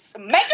make